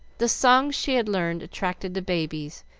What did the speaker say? the songs she had learned attracted the babies,